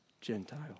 Gentile